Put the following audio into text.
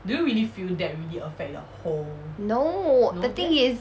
no the thing is